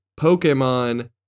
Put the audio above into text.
Pokemon